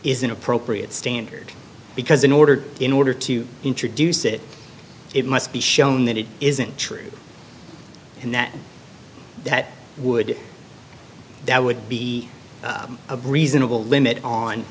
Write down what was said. is an appropriate standard because in order in order to introduce it it must be shown that it isn't true and that that would that would be a reasonable limit